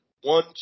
one